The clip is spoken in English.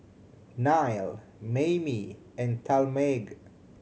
Nile Maymie and Talmage